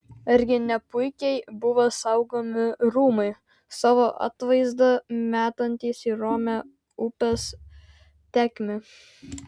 argi ne puikiai buvo saugomi rūmai savo atvaizdą metantys į romią upės tėkmę